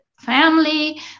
family